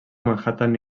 manhattan